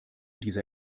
dieser